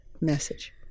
message